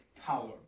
power